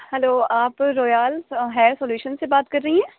hello آپ Royal Hair Solution سے بات کر رہی ہیں